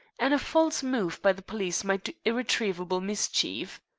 and a false move by the police might do irretrievable mischief.